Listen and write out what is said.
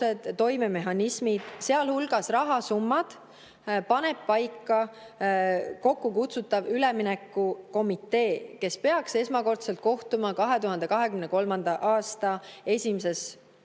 toimemehhanismid, sealhulgas rahasummad, paneb paika kokkukutsutav üleminekukomitee, kes peaks esmakordselt kohtuma 2023. aasta esimeses